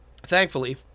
Thankfully